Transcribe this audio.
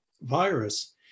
virus